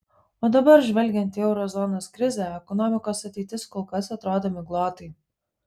o dabar žvelgiant į euro zonos krizę ekonomikos ateitis kol kas atrodo miglotai